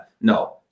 No